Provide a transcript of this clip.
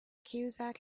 cusack